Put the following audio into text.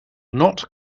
not